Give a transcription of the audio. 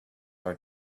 are